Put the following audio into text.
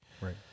Right